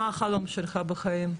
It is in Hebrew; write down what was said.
מה החלום שלך בחיים?